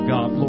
God